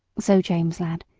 so, james, lad,